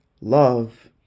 love